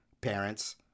parents